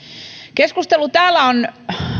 keskustelu täällä on